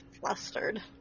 flustered